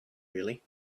really